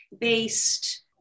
based